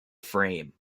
frame